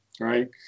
right